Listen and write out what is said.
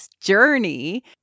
journey